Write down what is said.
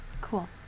cool